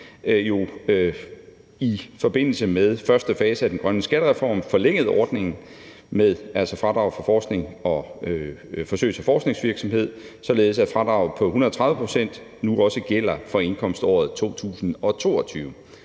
i forbindelse med første fase af den grønne skattereform har forlænget ordningen med fradrag for forsøgs- og forskningsvirksomhed, således at fradraget på 130 pct. nu også gælder for indkomståret 2022.